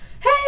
Hey